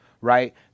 right